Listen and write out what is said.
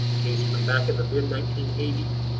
case from back in the mid nineteen eighties.